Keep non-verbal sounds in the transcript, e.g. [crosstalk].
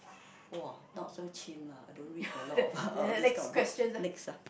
[noise] !wah! not so chim lah I don't read the lot of uh this kind of book next ah